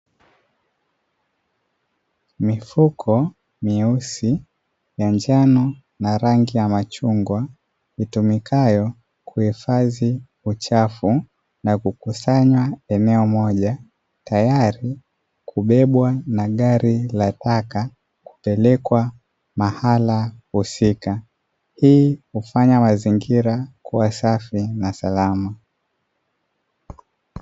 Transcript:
Mifuko myeusi ya njano na rangi ya machungwa, itumikayo kuhifadhi uchafu na kukusanywa eneo moja, tayari kubebwa na gari la taka kupelekwa mahala husika, hii hufanya mazingira kwa safi na salama.